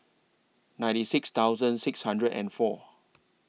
ninety six thousand six hundred and four